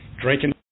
drinking